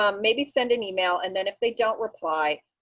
um maybe send an email. and then if they don't reply,